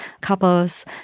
couples